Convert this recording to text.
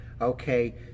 Okay